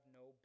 no